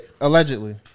Allegedly